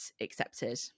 accepted